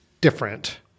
different